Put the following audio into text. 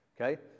Okay